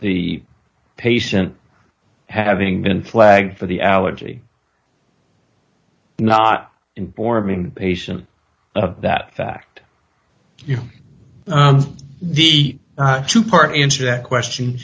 the patient having been flagged for the allergy not informing patients of that fact you know the two part answer that question